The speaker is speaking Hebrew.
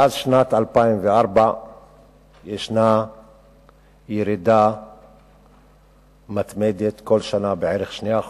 מאז שנת 2004 ישנה ירידה מתמדת, כל שנה כ-2%,